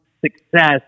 success